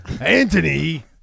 Anthony